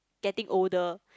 getting older